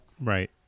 Right